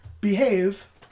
Behave